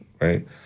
right